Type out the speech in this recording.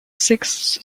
sixth